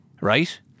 Right